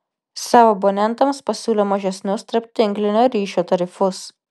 savo abonentams pasiūlė mažesnius tarptinklinio ryšio tarifus